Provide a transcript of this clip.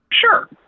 Sure